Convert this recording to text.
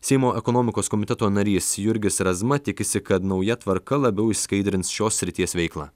seimo ekonomikos komiteto narys jurgis razma tikisi kad nauja tvarka labiau išskaidrins šios srities veiklą